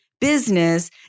Business